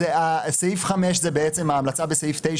סעיף 5 זה ההמלצה בסעיף 9,